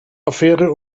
affäre